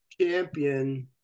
champion